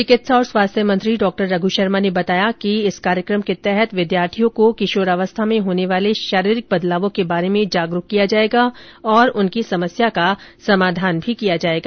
चिकित्सा और स्वास्थ्य मंत्री डॉ रघ् शर्मा ने बताया कि इस कार्यक्रम के तहत विद्यार्थियों को किशोर अवस्था मे होने वाले शारीरिक बदलावों के बारे में जागरूक किया जाएगा और उनकी समस्या का समाधान भी किया जाएगा